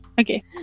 okay